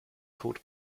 called